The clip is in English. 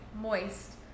Moist